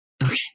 Okay